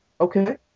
Okay